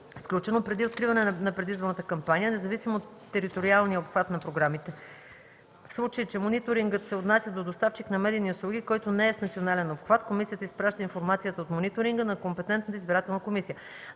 сключено преди откриване на предизборната кампания, независимо от териториалния обхват на програмите; в случай че мониторингът се отнася до доставчик на медийни услуги, който не е с национален обхват, комисията изпраща информацията от мониторинга на компетентната избирателна комисия;